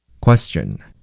Question